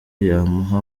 yamuha